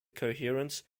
coherence